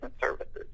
services